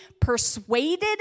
persuaded